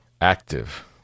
Active